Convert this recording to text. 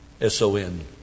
S-O-N